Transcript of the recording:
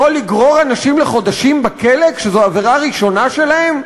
יכולה לגרור אנשים לחודשים בכלא כשזו עבירה ראשונה שלהם?